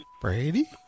Brady